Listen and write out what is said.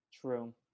true